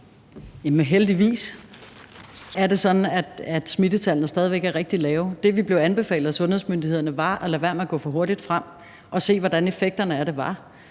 heldigvis er det sådan, at smittetallene stadig væk er rigtig lave. Det, vi blev anbefalet af sundhedsmyndighederne, var at lade være med at gå for hurtigt frem, men se, hvordan effekterne af det var.